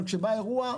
אבל כשאירוע בא,